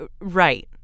Right